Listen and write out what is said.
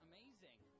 Amazing